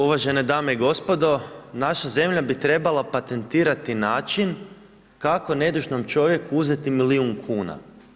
Uvažene dame i gospodo, naša zemlja bi trebala patentirati način kako nedužnom čovjeku uzeti milijun kuna.